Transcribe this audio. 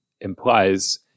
implies